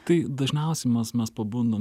tai dažniausiai mes mes pabundam